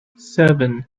seven